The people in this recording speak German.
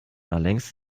längst